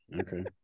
Okay